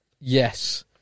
yes